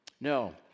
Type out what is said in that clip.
no